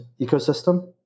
ecosystem